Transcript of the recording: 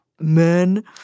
men